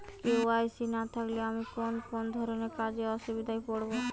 KYC না থাকলে আমি কোন কোন ধরনের কাজে অসুবিধায় পড়ব?